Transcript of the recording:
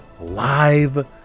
live